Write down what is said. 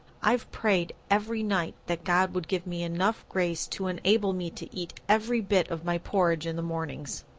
i've prayed every night that god would give me enough grace to enable me to eat every bit of my porridge in the mornings.